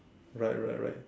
right right right